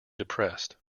depressed